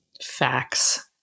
facts